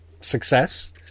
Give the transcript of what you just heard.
success